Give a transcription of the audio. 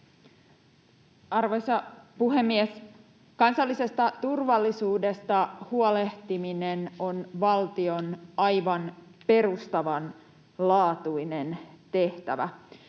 Arvoisa puhemies! Kansallisesta turvallisuudesta huolehtiminen on valtion aivan perustavanlaatuinen tehtävä.